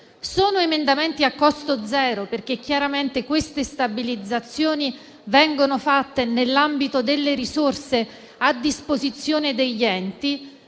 Sono emendamenti a costo zero, perché le stabilizzazioni vengono fatte nell'ambito delle risorse a disposizione degli enti,